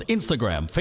Instagram